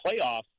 playoffs